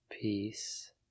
peace